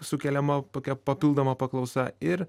sukeliama tokia papildoma paklausa ir